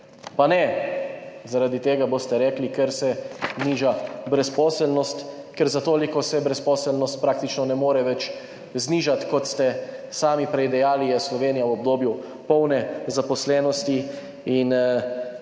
Pa ne zaradi tega, boste rekli, ker se niža brezposelnost, ker za toliko se brezposelnost praktično ne more več znižati, kot ste sami prej dejali, je Slovenija v obdobju polne zaposlenosti in